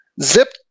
Zip